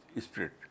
spirit